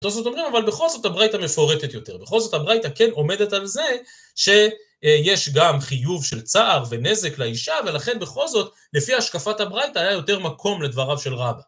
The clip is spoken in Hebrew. התוספות אומרים, אבל בכל זאת הברייתא מפורטת יותר, בכל זאת הברייתא כן עומדת על זה, שיש גם חיוב של צער ונזק לאישה, ולכן בכל זאת לפי השקפת הברייתא היה יותר מקום לדבריו של רבא.